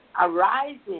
arising